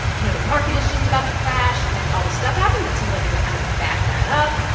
you know, the market is just about to crash. and then all this stuff happened that seemed like it would kind of back that up.